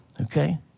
Okay